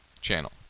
channel